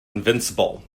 invincible